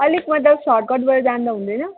अलिक मतलब सर्टकट भएर जाँदा हुँदैन